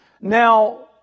Now